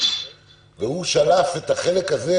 הוא שלף את החלק הזה